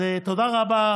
אז תודה רבה,